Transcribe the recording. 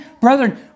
brethren